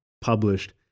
published